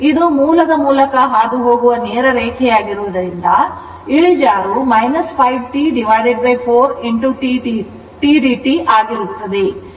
ಇದು ಮೂಲದ ಮೂಲಕ ಹಾದುಹೋಗುವ ನೇರ ರೇಖೆಯಾಗಿರುವುದರಿಂದ ಇಳಿಜಾರು 5 T 4 tdt ಆಗಿರುತ್ತದೆ